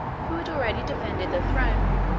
who had already defended the throne,